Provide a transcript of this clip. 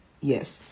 Yes